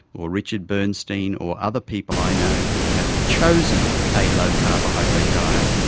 or richard bernstein or other people i know who have chosen a low carbohydrate diet,